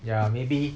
ya maybe